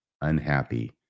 unhappy